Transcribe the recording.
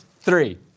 three